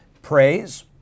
Praise